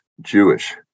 Jewish